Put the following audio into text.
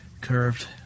curved